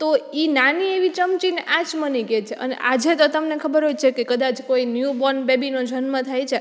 તો ઈ નાની એવી ચમચીને આચમની કે છે અને આજે તો તમને ખબર હોય છે કે કદાચ કોઈ ન્યુ બોર્ન બેબીનો જન્મ થાય છે